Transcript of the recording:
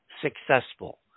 successful